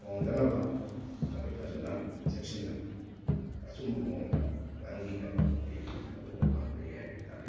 ꯍꯣꯡꯗꯅꯕ ꯃꯗꯨ ꯐꯖꯅ ꯆꯦꯛꯁꯤꯟꯅ ꯑꯆꯨꯝꯕ ꯃꯑꯣꯡꯗ ꯉꯥꯡꯕꯤꯅꯕ ꯑꯩ ꯃꯗꯨꯃ ꯄꯥꯝꯖꯩ ꯍꯥꯏꯕ ꯇꯥꯔꯦ